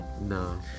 no